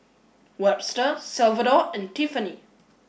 Webster Salvador and Tiffanie